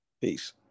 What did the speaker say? Peace